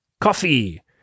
coffee